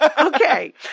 Okay